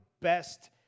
best